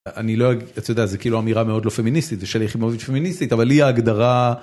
אני לא, אתה יודע, זה כאילו אמירה מאוד לא פמיניסטית, ושלי יחימוביץ פמיניסטית, אבל היא ההגדרה.